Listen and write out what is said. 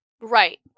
Right